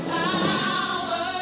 power